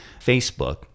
Facebook